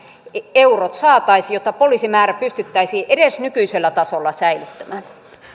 eurot saataisiin jotta poliisimäärä pystyttäisiin edes nykyisellä tasolla säilyttämään